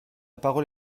parole